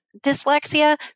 dyslexia